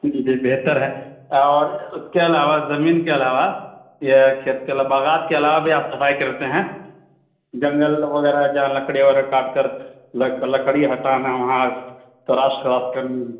جی بہتر ہے اور اس کے علاوہ زمین کے علاوہ یہ کھیت باغات کے علاوہ بھی آپ صفائی کرتے ہیں جنگل وغیرہ جہاں لکڑی وغیرہ کاٹ کر لکڑی ہٹانا وہاں تراش خراش کرنی